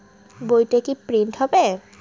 বইটা কি প্রিন্ট হবে?